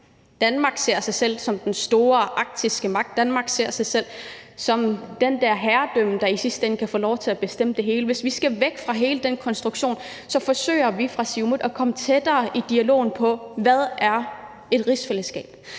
Danmark ser sig selv som den store arktiske magt, Danmark ser sig selv som et herredømme, der i sidste ende kan få lov til at bestemme det hele. Hvis vi skal væk fra hele den konstruktion, forsøger vi fra Siumuts side at komme tættere i dialogen om, hvad et rigsfællesskab